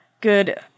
good